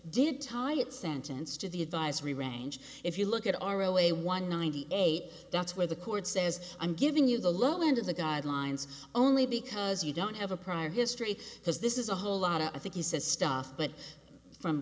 did tie it sentence to the advisory range if you look at our zero a one ninety eight that's where the court says i'm giving you the low end of the guidelines only because you don't have a prior history because this is a whole lot of i think he says stuff but from